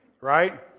right